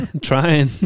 trying